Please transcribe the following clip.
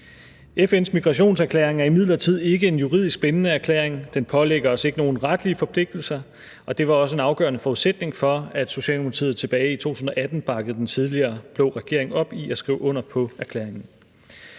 FN's migrationserklæring er imidlertid ikke en juridisk bindende erklæring. Den pålægger os ikke nogen retlige forpligtelser, og det var også en afgørende forudsætning for, at Socialdemokratiet tilbage i 2018 bakkede den tidligere blå regering op i at skrive under på erklæringen.